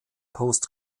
post